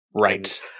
Right